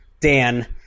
Dan